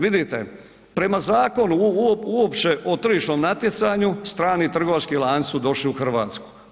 Vidite, prema Zakonu uopće o tržišnom natjecanju, strani trgovački lanci su došli u Hrvatsku.